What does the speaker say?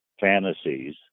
fantasies